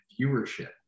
viewership